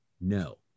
No